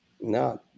No